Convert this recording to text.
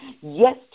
yes